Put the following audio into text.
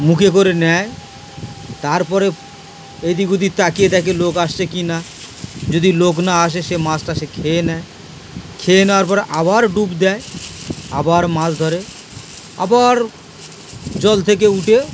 মুখে করে নেয় তারপরে এদিক ওদিক তাকিয়ে দেখে লোক আসছে কিনা যদি লোক না আসে সে মাছটা সে খেয়ে নেয় খেয়ে নেওয়ার পরে আবার ডুব দেয় আবার মাছ ধরে আবার জল থেকে উঠে